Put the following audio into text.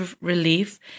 relief